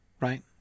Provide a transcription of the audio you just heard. right